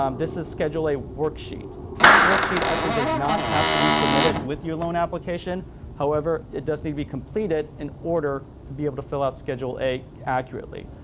um this is schedule a worksheet. this worksheet actually does not have to be submitted with your loan application however, it does not be completed in order to be able to fill out schedule a accurately.